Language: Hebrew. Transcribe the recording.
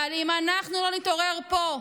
אבל אם אנחנו לא נתעורר פה,